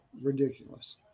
ridiculous